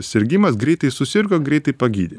sirgimas greitai susirgo greitai pagydė